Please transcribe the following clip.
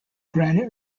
granite